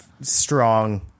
strong